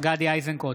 גדי איזנקוט,